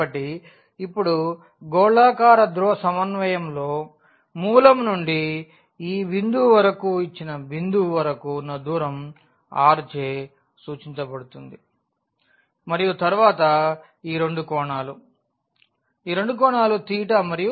కాబట్టి ఇప్పుడు గోళాకార ధ్రువ సమన్వయంతో మూలం నుండి ఈ బిందువు వరకు ఇచ్చిన బిందువు వరకు ఉన్న దూరం r చే సూచించబడుతుంది మరియు తరువాత ఈ రెండు కోణాలు ఈ రెండు కోణాలు మరియు